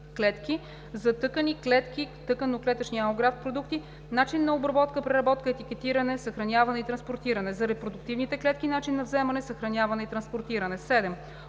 клетки; за тъкани/клетки/тъканно-клетъчни алографт продукти – начин на обработка, преработка, етикетиране, съхраняване и транспортиране; за репродуктивните клетки – начин на вземане, съхраняване и транспортиране; 7.